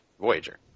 Voyager